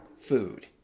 food